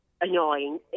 annoying